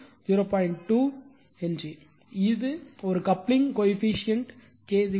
2 Henry ஒரு coupling coefficient K 0